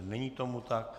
Není tomu tak.